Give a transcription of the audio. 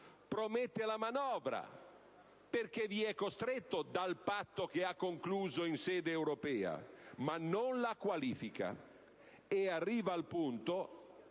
promette la manovra perché vi è costretto dal Patto che ha concluso in sede europea, ma non la qualifica. Il Governo arriva al punto,